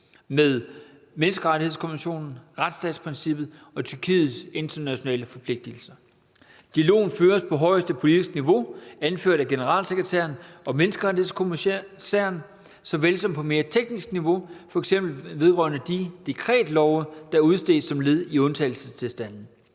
med menneskerettighedskonventionen, retsstatsprincippet og Tyrkiets internationale forpligtelser. Dialogen føres på højeste politiske niveau anført af generalsekretæren og menneskerettighedskommissæren så vel som på mere teknisk niveau, f.eks. vedrørende de dekretlove, der er udstedt som led i undtagelsestilstanden.